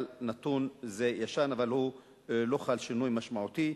אבל הנתון ישן ולא חל בו שינוי משמעותי,